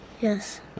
Yes